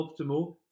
optimal